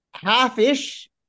Half-ish